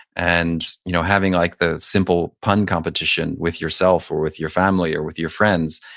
and you know having like the simple pun competition with yourself or with your family, or with your friends.